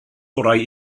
orau